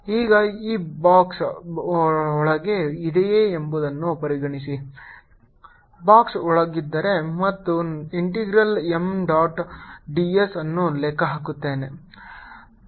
ಈಗ ಈ ಬಾಕ್ಸ್ ಒಳಗೆ ಇದೆಯೇ ಎಂಬುದನ್ನು ಗಮನಿಸಿ ಬಾಕ್ಸ್ ಒಳಗಿದ್ದರೆ ಮತ್ತು ನಾನು integral M dot d s ಅನ್ನು ಲೆಕ್ಕ ಹಾಕುತ್ತೇನೆ